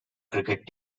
cricket